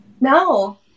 No